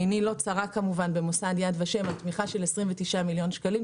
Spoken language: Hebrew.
עיני לא צרה כמובן במוסד יד ושם אבל תמיכה של 29 מיליון שקלים,